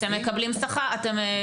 אתם מקבלים כסף.